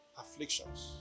afflictions